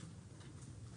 בבקשה.